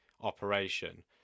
operation